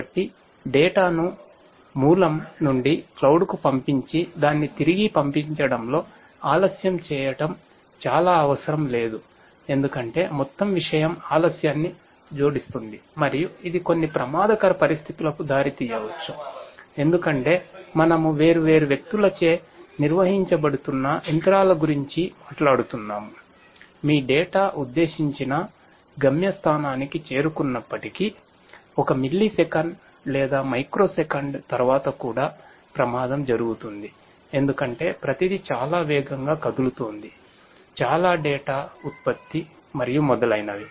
కాబట్టి డేటా ఉత్పత్తి మరియు మొదలైనవి